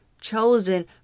chosen